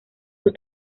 sus